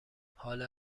حال